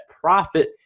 profit